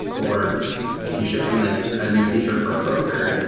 or if you ship something, a new future for a broker,